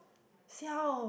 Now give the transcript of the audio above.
see how